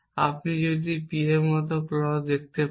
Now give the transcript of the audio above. আপনি যদি এই P এর মত clause দেখতে পান